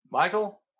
Michael